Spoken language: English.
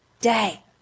day